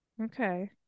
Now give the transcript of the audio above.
okay